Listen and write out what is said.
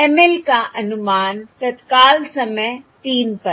ML का अनुमान तत्काल समय 3 पर